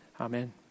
Amen